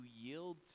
yield